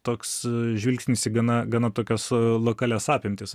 toks žvilgsnis į gana gana tokias lokalias apimtis